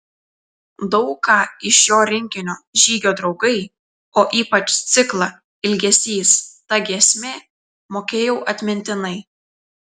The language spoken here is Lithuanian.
daug ką iš jo rinkinio žygio draugai o ypač ciklą ilgesys ta giesmė mokėjau atmintinai